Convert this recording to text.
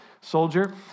soldier